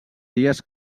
dies